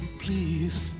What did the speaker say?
please